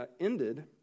ended